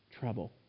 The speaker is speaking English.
trouble